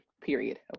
period